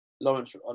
Lawrence